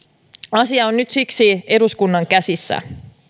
asia on nyt siksi eduskunnan käsissä